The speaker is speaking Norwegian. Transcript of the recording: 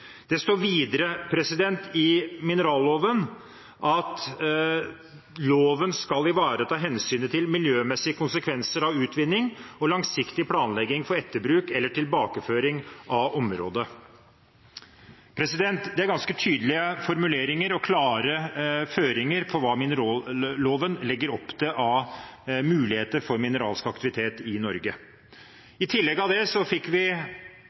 Det står videre i mineralloven at loven skal ivareta hensynet til «miljømessige konsekvenser av utvinning» og «langsiktig planlegging for etterbruk eller tilbakeføring av området». Det er ganske tydelige formuleringer og klare føringer for hva mineralloven legger opp til av muligheter for mineralsk aktivitet i Norge. I tillegg til det fikk vi